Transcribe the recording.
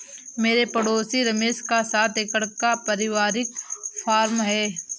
मेरे पड़ोसी रमेश का सात एकड़ का परिवारिक फॉर्म है